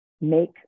make